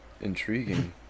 Intriguing